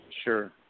Sure